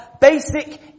Basic